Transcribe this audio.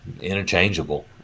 interchangeable